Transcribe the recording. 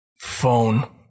Phone